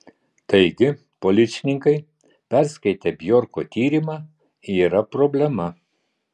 taigi policininkai perskaitę bjorko tyrimą yra problema